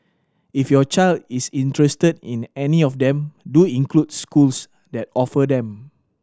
if your child is interested in any of them do include schools that offer them